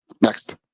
Next